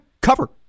Cover